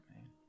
man